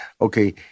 Okay